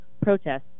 protests